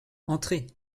entrez